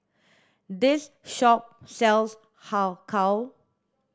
this shop sells har kow